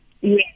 Yes